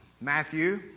Matthew